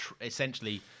essentially